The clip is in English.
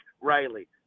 Riley